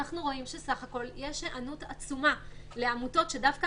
אנחנו רואים שבסך הכול יש היענות עצומה לעמותות שדווקא